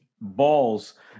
balls